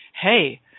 hey